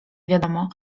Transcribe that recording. wiadomo